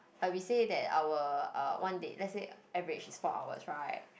but we say that our uh one date let's say average is four hours right